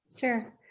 sure